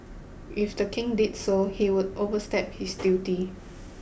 if the king did so he would overstep his duty